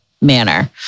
manner